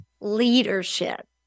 leadership